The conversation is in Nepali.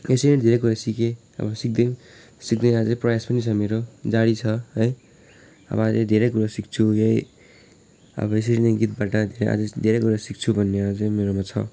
यसरी नै धेरै कुरा सिकेँ अब सिक्दै सिक्ने अझै प्रयास पनि छ मेरो जारी छ है अब अहिले धेरै कुरा सिक्छु यही अब यसरी नै गीतबाट अझै धेरै कुरा सिक्छु भन्ने अझै मेरोमा छ